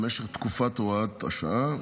למשך תקופת הוראת השעה,